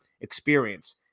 experience